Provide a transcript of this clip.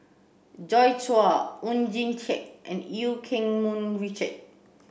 Joi Chua Oon Jin Teik and Eu Keng Mun Richard